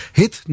hit